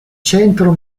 centro